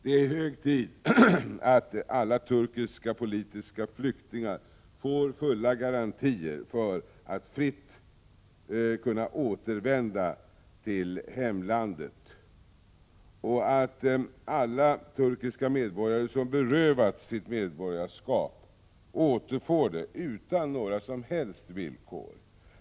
Det är hög tid att alla turkiska politiska flyktingar får fulla garantier för att fritt kunna återvända till hemlandet och att alla turkiska medborgare som berövats sitt medborgarskap återfår det utan några som helst villkor.